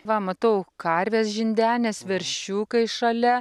va matau karvės žindenės veršiukai šalia